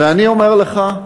ואני אומר לך,